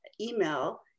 email